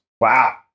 Wow